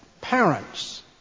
Parents